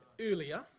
earlier